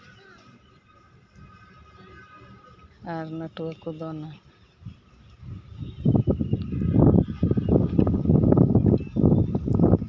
ᱟᱨ ᱱᱟᱹᱴᱩᱣᱟᱹ ᱠᱚ ᱫᱚᱱᱟ